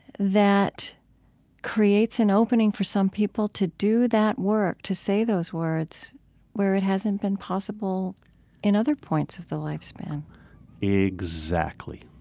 that creates an opening for some people to do that work, to say those words where it hasn't been possible in other points of the life span exactly,